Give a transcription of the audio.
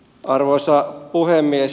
arvoisa puhemies